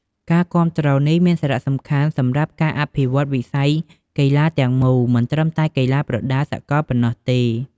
ការគាំទ្រនេះមានសារៈសំខាន់សម្រាប់ការអភិវឌ្ឍន៍វិស័យកីឡាទាំងមូល មិនត្រឹមតែកីឡាប្រដាល់សកលប៉ុណ្ណោះទេ។